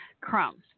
crumbs